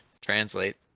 translate